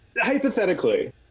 hypothetically